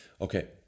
Okay